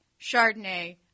chardonnay